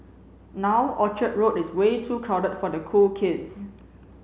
now Orchard Road is way too crowded for the cool kids